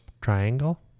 Triangle